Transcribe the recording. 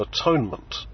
Atonement